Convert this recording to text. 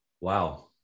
wow